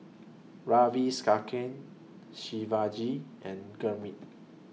Ravi Shankar Shivaji and Gurmeet